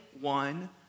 one